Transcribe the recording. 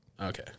Okay